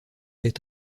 est